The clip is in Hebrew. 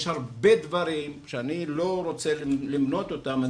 יש הרבה דברים שאני לא רוצה למנות אותם.